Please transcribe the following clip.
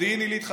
מודיעין עילית,